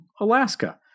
Alaska